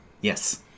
Yes